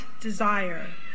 desire